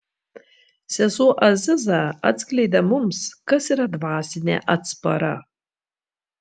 sesuo aziza atskleidė mums kas yra dvasinė atspara